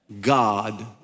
God